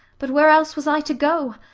but where else was i to go?